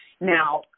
now